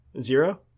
Zero